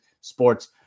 Sports